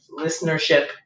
listenership